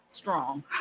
strong